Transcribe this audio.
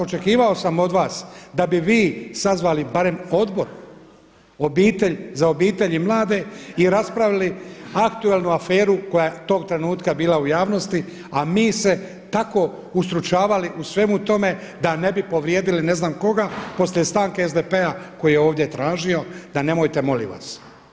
Očekivao sam od vas da bi vi sazvali barem Odbor za obitelj i mlade i raspravili aktualnu aferu koja je tog trenutka bila u javnosti, a mi se tako ustručavali u svemu tome da ne bi povrijedili ne znam koga poslije stanke SDP-a koju je ovdje tražio da nemojte molim vas.